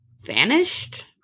vanished